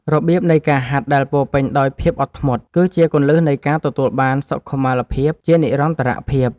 របៀបនៃការហាត់ដែលពោរពេញដោយភាពអត់ធ្មត់ គឺជាគន្លឹះនៃការទទួលបានសុខុមាលភាពជានិរន្តរភាព។